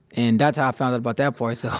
and that's how i found out about that part. so